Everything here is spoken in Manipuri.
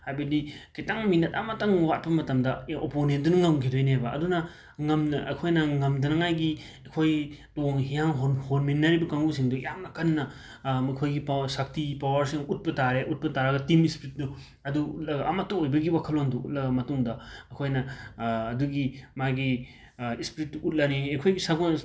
ꯍꯥꯏꯕꯗꯤ ꯈꯤꯇꯪ ꯃꯤꯅꯠ ꯑꯃꯇꯪ ꯋꯥꯠꯄ ꯃꯇꯝꯗ ꯑꯦ ꯑꯣꯄꯣꯅꯦꯟꯗꯨꯅ ꯉꯝꯈꯤꯗꯣꯏꯅꯦꯕ ꯑꯗꯨꯅ ꯉꯝꯅ ꯑꯩꯈꯣꯏꯅ ꯉꯝꯗꯅꯉꯥꯏꯒꯤ ꯑꯩꯈꯣꯏ ꯍꯤꯌꯥꯡ ꯍꯣꯟꯃꯤꯟꯅꯔꯤꯕ ꯀꯥꯡꯕꯨꯁꯤꯡꯗꯣ ꯌꯥꯝꯅ ꯀꯟꯅ ꯃꯈꯣꯏꯒꯤ ꯁꯛꯇꯤ ꯄꯥꯋꯥꯔꯁꯦ ꯎꯠꯄ ꯇꯥꯔꯦ ꯎꯠꯄ ꯇꯥꯔꯒ ꯇꯤꯝ ꯏꯁꯄ꯭ꯔꯤꯠꯇꯨ ꯑꯗꯨ ꯎꯠꯂꯒ ꯑꯃꯠꯇ ꯑꯣꯏꯕꯒꯤ ꯋꯥꯈꯜꯂꯣꯟꯗꯨ ꯎꯠꯂꯕ ꯃꯇꯨꯡꯗ ꯑꯩꯈꯣꯏꯅ ꯑꯗꯨꯒꯤ ꯃꯥꯒꯤ ꯏꯁꯄ꯭ꯔꯤꯠꯇꯨ ꯎꯠꯂꯅꯤ ꯑꯩꯈꯣꯏꯒꯤ ꯁꯒꯣꯟ